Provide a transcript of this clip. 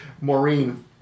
Maureen